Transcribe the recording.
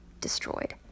destroyed